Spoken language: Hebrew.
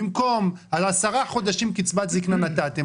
במקום על עשרה חושים קצבת זקנה נתתם